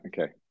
okay